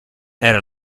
era